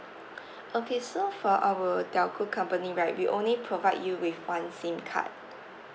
okay so for our telco company right we only provide you with one SIM card